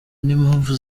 n’impamvu